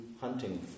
hunting